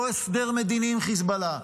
לא הסדר מדיני עם חיזבאללה,